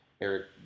Eric